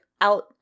out